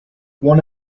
one